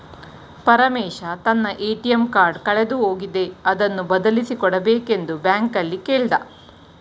ಪರಮೇಶ ತನ್ನ ATM card ಕಳೆದು ಹೋಗಿದೆ ಅದನ್ನು ಬದಲಿಸಿ ಕೊಡಬೇಕೆಂದು ಬ್ಯಾಂಕಲ್ಲಿ ಕೇಳ್ದ